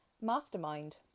Mastermind